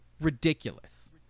ridiculous